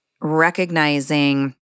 recognizing